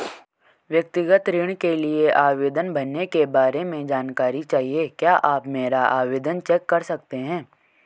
व्यक्तिगत ऋण के लिए आवेदन भरने के बारे में जानकारी चाहिए क्या आप मेरा आवेदन चेक कर सकते हैं?